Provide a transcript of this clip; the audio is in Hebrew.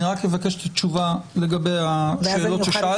אני רק אבקש את התשובה לגבי השאלות ששאלתי.